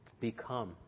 become